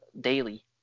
daily